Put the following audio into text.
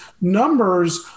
numbers